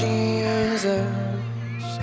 Jesus